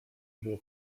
było